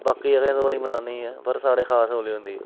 बाकी आह्ले ते होली मनानी ऐ पर साढ़ै खास होली होंदी ऐ